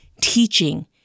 teaching